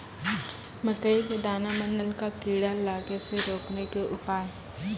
मकई के दाना मां नल का कीड़ा लागे से रोकने के उपाय?